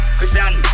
Christian